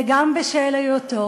וגם בשל היותו